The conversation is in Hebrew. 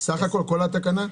סך הכול, כל שלוש התקנות?